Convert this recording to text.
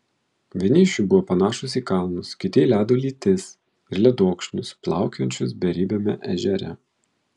vieni iš jų buvo panašūs į kalnus kiti į ledo lytis ir ledokšnius plaukiojančius beribiame ežere